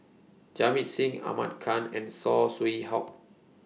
Jamit Singh Ahmad Khan and Saw Swee Hock